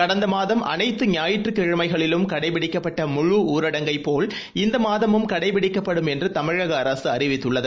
கடந்தமாதம் அனைத்து ஞாயிற்றுக்கிழமைகளிலும் கடைபிடிக்கப்பட்டமுழுஊரடங்கைப் போல் இந்தமாதமும் கடைபிடிக்கப்படும் என்றுதமிழகஅரசுஅறிவித்துள்ளது